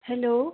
hello